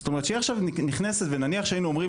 זאת אומרת שהיא עכשיו נכנסת ונניח שהם אומרים